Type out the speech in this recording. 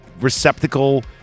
receptacle